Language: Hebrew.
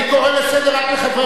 אני קורא לסדר רק חברי